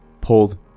pulled